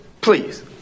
Please